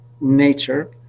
nature